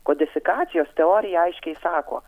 kodifikacijos teorija aiškiai sako